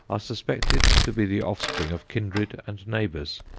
are suspected to be the offspring of kindred and neighbours.